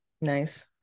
Nice